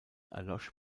erlosch